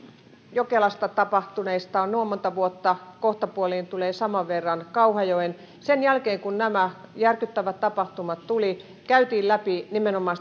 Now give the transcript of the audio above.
jokelan tapahtumista on noin monta vuotta kohtapuoliin tulee saman verran kauhajoesta sen jälkeen kun nämä järkyttävät tapahtumat tulivat käytiin läpi nimenomaan